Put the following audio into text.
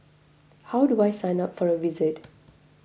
how do I sign up for a visit